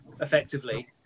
Effectively